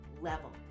level